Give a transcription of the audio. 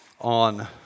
on